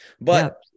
but-